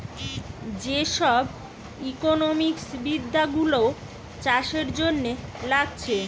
যে সব ইকোনোমিক্স বিদ্যা গুলো চাষের জন্যে লাগছে